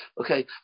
Okay